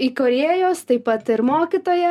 įkūrėjos taip pat ir mokytoja